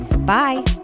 Bye